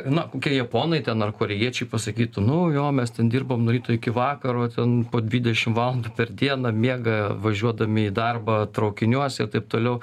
na kokie japonai ten ar korėjiečiai pasakytų nu jo mes ten dirbam nuo ryto iki vakaro ten po dvidešimt valandų per dieną miega važiuodami į darbą traukiniuose ir taip toliau